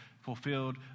fulfilled